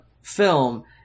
film